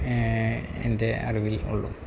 എൻ്റെ അറിവിൽ ഉള്ളൂ